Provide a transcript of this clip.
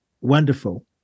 Wonderful